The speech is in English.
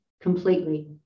completely